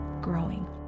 growing